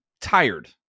tired